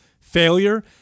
failure